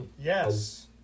Yes